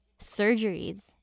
surgeries